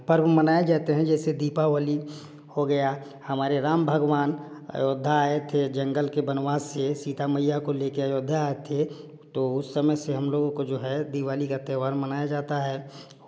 पर्व मनाए जाते हैं जैसे दीपावली हो गया हमारे राम भगवान अयोध्या आए थे जंगल के वनवास से सीता मईया को लेकर अयोध्या थे तो उस समय से हम लोगों को जो है दिवाली का त्यौहार मनाया जाता है